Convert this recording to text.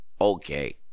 Okay